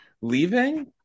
Leaving